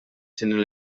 tieni